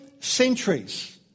centuries